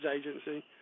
Agency